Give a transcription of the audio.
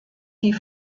die